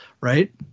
Right